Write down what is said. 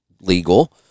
legal